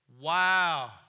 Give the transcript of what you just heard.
Wow